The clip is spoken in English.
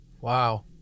Wow